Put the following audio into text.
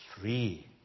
free